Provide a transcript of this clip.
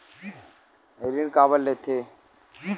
ऋण काबर लेथे?